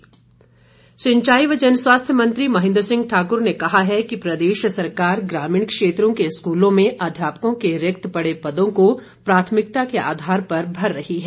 महेंद्र सिंह सिंचाई व जनस्वास्थ्य मंत्री महेंद्र सिंह ठाकुर ने कहा है कि प्रदेश सरकार ग्रामीण क्षेत्रों के स्कूलों में अध्यापकों के रिक्त पड़े पदों को प्राथमिकता के आधार पर भर रही है